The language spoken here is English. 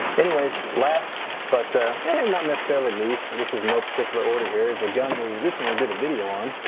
anyways, last but not necessarily least, this is no particular order here, is a gun we recently did a video on.